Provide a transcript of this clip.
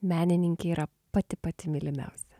menininkei yra pati pati mylimiausia